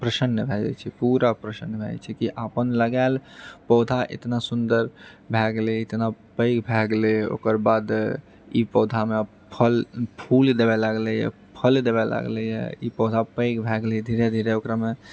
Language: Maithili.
प्रसन्न भए जाइत छै पूरा प्रसन्न भए जाइत छै कि अपन लगाएल पौधा एतना सुन्दर भए गेलै इतना पैघ भए गेलै ओकर बाद ई पौधामे फल फूल देबऽ लागलै फल देबे लागलैए ई पौधा पैघ भए गेलै धीरे धीरे ओकरामे